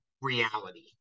reality